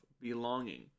belonging